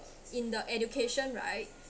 in the education right